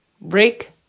break